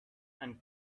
and